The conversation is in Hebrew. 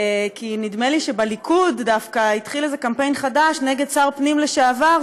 כי נדמה לי שבליכוד דווקא התחיל איזה קמפיין חדש נגד שר פנים לשעבר,